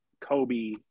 Kobe